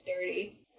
dirty